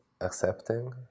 accepting